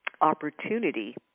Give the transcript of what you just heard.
opportunity